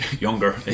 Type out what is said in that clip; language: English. younger